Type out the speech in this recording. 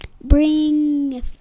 bring